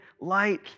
light